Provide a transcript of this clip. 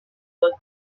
earth